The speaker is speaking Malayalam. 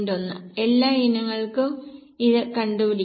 1 എല്ലാ ഇനങ്ങൾക്കും ഇത് കണ്ടുപിടിക്കാം